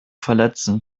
verletzen